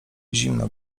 zimno